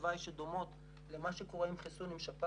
לוואי שדומות למה שקורה עם חיסון לשפעת,